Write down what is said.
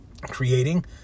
creating